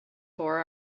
tore